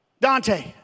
Dante